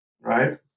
right